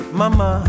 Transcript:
mama